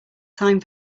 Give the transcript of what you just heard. time